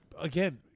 again